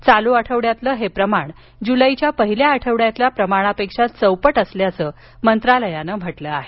चालू आठवड्यातील हे प्रमाण जुलैच्या पहिल्या आठवड्यातील प्रमाणापेक्षा चौपट असल्याच मंत्रालयान म्हटलं आहे